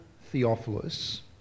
Theophilus